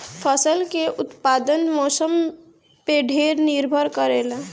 फसल के उत्पादन मौसम पे ढेर निर्भर करेला